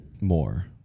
more